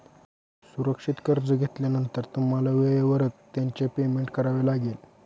सुरक्षित कर्ज घेतल्यानंतर तुम्हाला वेळेवरच त्याचे पेमेंट करावे लागेल